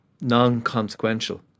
non-consequential